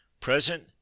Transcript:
Present